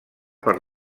per